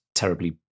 terribly